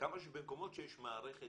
כמה במקומות שיש מערכת